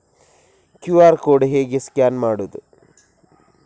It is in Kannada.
ಕ್ಯೂ.ಆರ್ ಕೋಡ್ ಹೇಗೆ ಸ್ಕ್ಯಾನ್ ಮಾಡುವುದು?